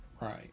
right